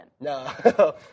No